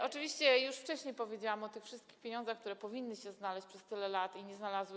Oczywiście już wcześniej powiedziałam o tych wszystkich pieniądzach, które powinny się znaleźć przez tyle lat, ale się nie znalazły.